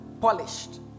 Polished